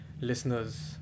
listeners